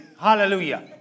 Hallelujah